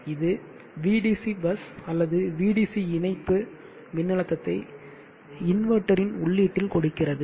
இது Vdc bus அல்லது Vdc இணைப்பு மின்னழுத்தத்தை இன்வெர்ட்டரின் உள்ளீட்டில் கொடுக்கிறது